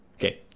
Okay